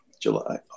July